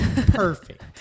Perfect